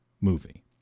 movie